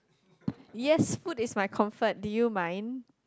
yes food is my comfort did you mind